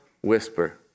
whisper